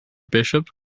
bishop